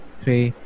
three